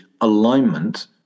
alignment